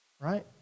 Right